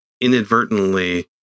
inadvertently